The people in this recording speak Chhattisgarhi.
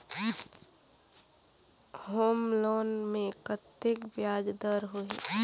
होम लोन मे कतेक ब्याज दर होही?